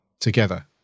Together